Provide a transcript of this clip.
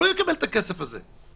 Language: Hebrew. לא יקבל את הכסף הזה.